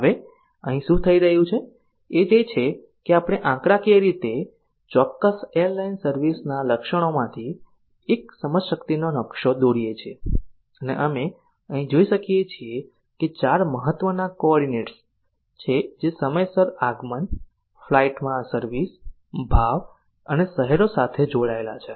હવે અહીં શું થઈ રહ્યું છે તે એ છે કે આપણે આંકડાકીય રીતે ચોક્કસ એરલાઈન સર્વિસ ના લક્ષણોમાંથી એક સમજશક્તિનો નકશો દોરીએ છીએ અને અમે અહીં જોઈ શકીએ છીએ કે ચાર મહત્વના કોઓર્ડિનેટ્સ છે જે સમયસર આગમન ફ્લાઇટમાં સર્વિસ ભાવ અને શહેરો સાથે જોડાયેલા છે